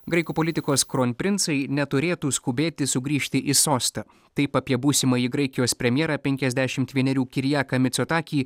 graikų politikos kronprincai neturėtų skubėti sugrįžti į sostą taip apie būsimąjį graikijos premjerą penkiasdešimt vienerių kirjaką micotakį